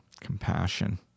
Compassion